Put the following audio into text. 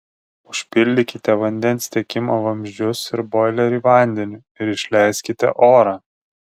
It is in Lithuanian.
užpildykite vandens tiekimo vamzdžius ir boilerį vandeniu ir išleiskite orą